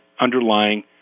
underlying